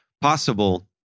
possible